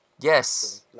yes